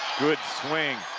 good swing.